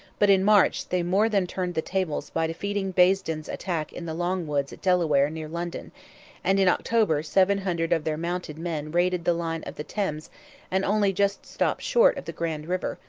but in march they more than turned the tables by defeating basden's attack in the longwoods at delaware, near london and in october seven hundred of their mounted men raided the line of the thames and only just stopped short of the grand river,